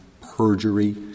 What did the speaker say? perjury